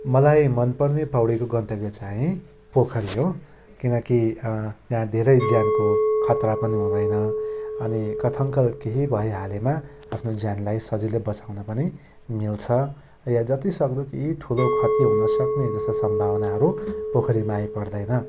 मलाई मनपर्ने पौडीको गन्तव्य चाहिँ पोखरी हो किनकि त्यहाँ धेरै ज्यानको खतरा पनि हुँदैन अनि कथाङ्काल केही भइहालेमा आफ्नो ज्यानलाई सजिलै बचाउन पनि मिल्छ या जतिसक्दो केही ठुलो खति हुनसक्ने जस्तो सम्भावनाहरू पोखरीमा आइपर्दैन